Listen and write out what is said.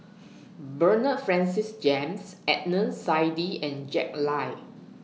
Bernard Francis James Adnan Saidi and Jack Lai